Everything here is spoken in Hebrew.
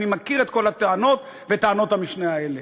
אני מכיר את כל הטענות וטענות המשנה האלה.